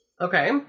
Okay